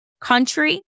country